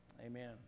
amen